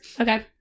okay